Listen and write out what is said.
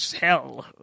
Hell